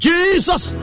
Jesus